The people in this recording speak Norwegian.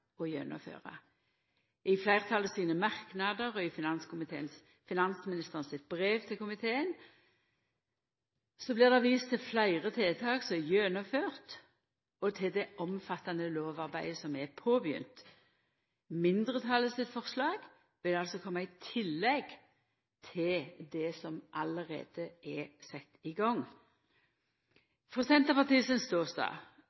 å gjennomføra. I fleirtalet sine merknader og i finansministeren sitt brev til komiteen blir det vist til fleire tiltak som er gjennomførte, og til det omfattande lovarbeidet ein har teke til med. Mindretalet sitt forslag vil altså koma i tillegg til det som allereie er sett i gang.